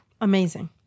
Amazing